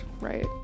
Right